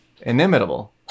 Inimitable